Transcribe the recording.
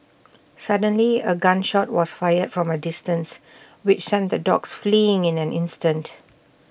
suddenly A gun shot was fired from A distance which sent the dogs fleeing in an instant